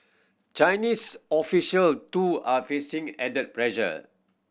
Chinese official too are facing added pressure